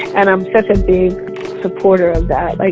and i'm such a big supporter of that. like,